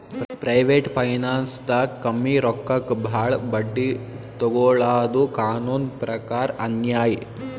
private ಫೈನಾನ್ಸ್ದಾಗ್ ಕಮ್ಮಿ ರೊಕ್ಕಕ್ ಭಾಳ್ ಬಡ್ಡಿ ತೊಗೋಳಾದು ಕಾನೂನ್ ಪ್ರಕಾರ್ ಅನ್ಯಾಯ್